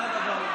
הוועדה הזאת